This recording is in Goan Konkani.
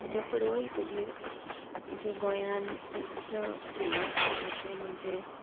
हेज्या फुडें वयतकीर जे गोंयान मुख्य फेमस म्हणटात तें म्हणजे